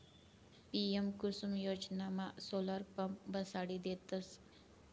PM Kusum योजनामा solar pump बसाडी देतस